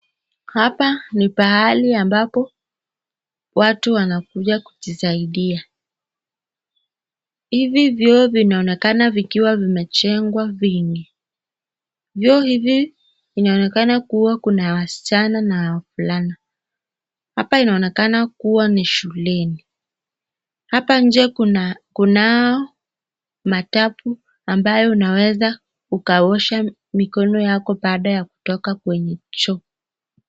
Hapa ni pahali ambapo watu wanakuja kujisaidia. Hivi vyoo vinaonekana vimejengwa vingi. Vyoo hivi vinaonekana kuna wasichana na wavulana. Hapa inaonekana kuwa ni shuleni. Hapa nje kunao matabu ambayo unaweza ukaosha mikono yako baada ya kutoka kwenye choo.